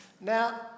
Now